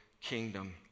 kingdom